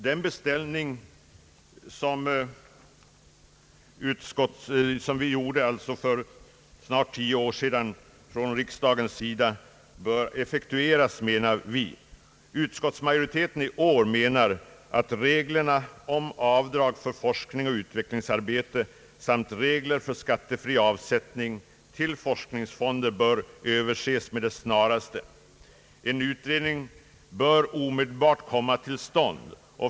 Den beställning som riksdagen gjorde för snart tio år sedan menar vi bör effektueras. Utskottsmajoriteten i år anser att reglerna om avdrag för forskning och utvecklingsarbete samt regler för skattefri avsättning till forskningsfonder bör överses med det snaraste. En utredning bör omedelbart komma till stånd.